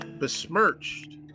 besmirched